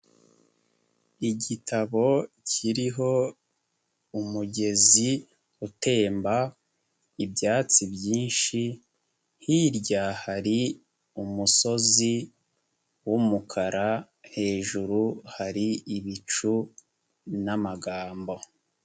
Igitabo kiriho umugezi utemba, ibyatsi byinshi, hirya hari umusozi w'umukara, hejuru hari ibicu n'amagambo.